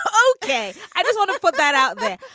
ok. i just want to put that out there.